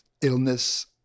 illness